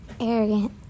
arrogant